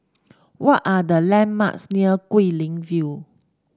what are the landmarks near Guilin View